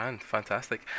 Fantastic